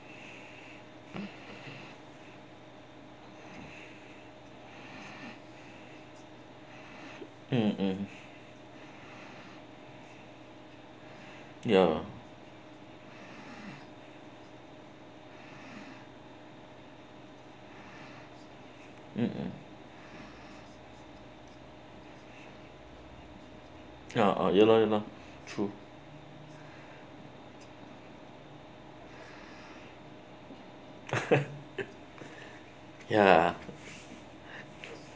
mmhmm !yay! mmhmm uh uh ya lor ya lor true ya